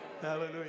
Hallelujah